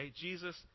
Jesus